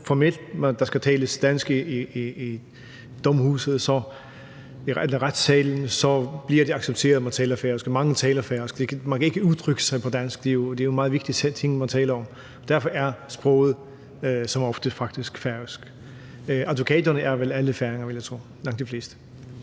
formelt skal tales dansk i retssalen, bliver det accepteret, at man taler færøsk. Og mange taler færøsk; man kan ikke udtrykke sig på dansk. Det er jo en meget vigtig setting, man taler om. Derfor er sproget som oftest faktisk færøsk. Advokaterne er vel alle færinger, vil jeg tro – langt de fleste.